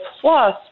plus